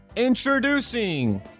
introducing